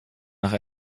nach